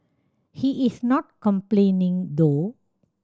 he is not complaining though